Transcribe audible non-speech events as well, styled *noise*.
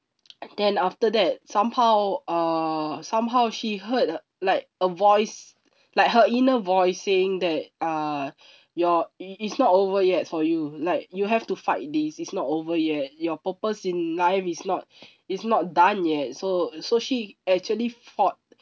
then after that somehow uh somehow she heard l~ like a voice like her inner voice saying that uh *breath* your it it's not over yet for you like you have to fight this it's not over yet your purpose in life is not *breath* is not done yet so so she actually fought